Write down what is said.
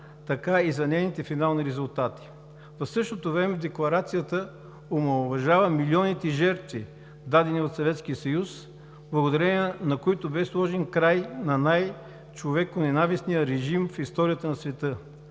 така и за нейните финални резултати. В същото време Декларацията омаловажава милионите жертви, дадени от Съветския съюз, благодарение на които бе сложен край на най-човеконенавистния режим в историята на света.